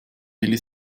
willi